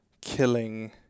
killing